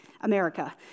America